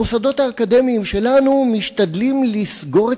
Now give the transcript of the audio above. המוסדות האקדמיים שלנו משתדלים לסגור את